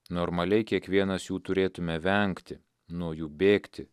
normaliai kiekvienas jų turėtume vengti nuo jų bėgti